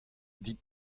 dit